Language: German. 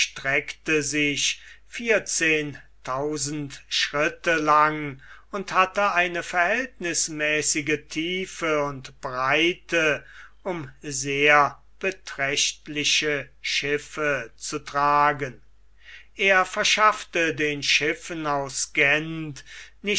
erstreckte sich vierzehntausend schritte lang und hatte eine verhältnißmäßige tiefe und breite um sehr beträchtliche schiffe zu tragen er verschaffte den schiffen aus gent